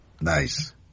Nice